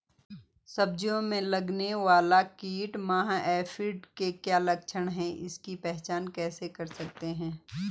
सब्जियों में लगने वाला कीट माह एफिड के क्या लक्षण हैं इसकी पहचान कैसे कर सकते हैं?